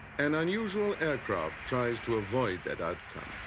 an unusual aircraft tries to avoid that outcome.